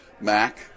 Mac